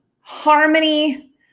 harmony